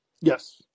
Yes